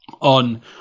on